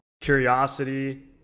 Curiosity